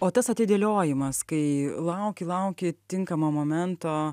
o tas atidėliojimas kai lauki lauki tinkamo momento